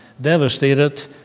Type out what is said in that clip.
devastated